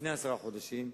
לפני עשרה חודשים.